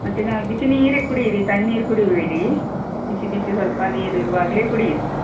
ಮತ್ತೆ ನಾಳೆ ಬಿಸಿನೀರೇ ಕುಡಿಯಿರಿ ತಣ್ಣೀರು ಕುಡಿಬೇಡಿ ಬಿಸಿ ಬಿಸಿ ಸ್ವಲ್ಪ ನೀರು ಇರುವಾಗಲೇ ಕುಡಿಯಿರಿ